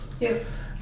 yes